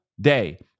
day